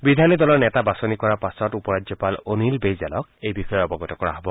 বিধায়িনী দলৰ নেতা বাছনি কৰাৰ পাছত উপ ৰাজ্যপাল অনিল বেইজালক এই বিষয়ে অৱগত কৰা হ'ব